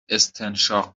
استنشاق